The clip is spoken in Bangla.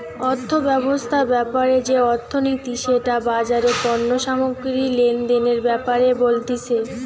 অর্থব্যবস্থা ব্যাপারে যে অর্থনীতি সেটা বাজারে পণ্য সামগ্রী লেনদেনের ব্যাপারে বলতিছে